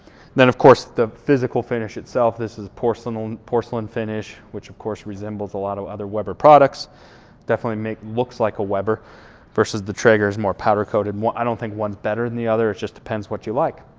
then of course the physical finish itself, this is porcelain um porcelain finish which of course resembles a lot of other weber products definitely make looks like a weber versus the traeger's more powder-coated. i don't think one's better than the other. it just depends what you like.